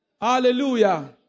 Hallelujah